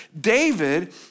David